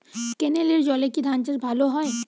ক্যেনেলের জলে কি ধানচাষ ভালো হয়?